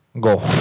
go